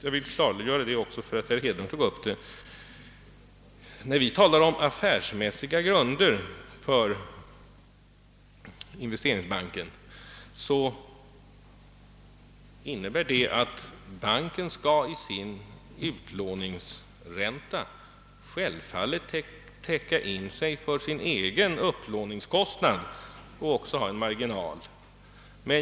Jag vill också klargöra, eftersom herr Hedlund tog upp saken, att när vi talar om affärsmässiga grunder för investeringsbanken innebär det att banken i sin utlåningsränta självfallet skall få täckning för sin egen upplåningskostnad och även ha en marginal.